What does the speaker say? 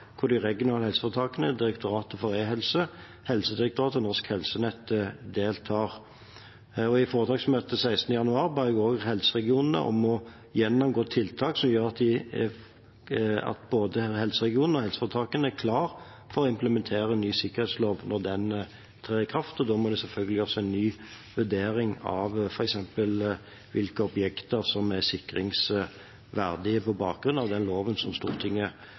de regionale helseforetakene, Direktoratet for e-helse, Helsedirektoratet og Norsk Helsenett deltar. I foretaksmøtet 16. januar ba jeg også helseregionene om å gjennomgå tiltak som gjør at både helseregionene og helseforetakene er klare for å implementere den nye sikkerhetsloven når den trer i kraft. Da må det selvfølgelig også til en ny vurdering av f.eks. hvilke objekter som er sikringsverdige på bakgrunn av den loven som Stortinget